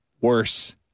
worse